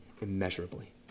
immeasurably